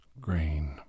grain